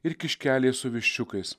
ir kiškeliai su viščiukais